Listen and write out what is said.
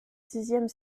sixième